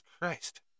Christ